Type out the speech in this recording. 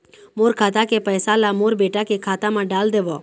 मोर खाता के पैसा ला मोर बेटा के खाता मा डाल देव?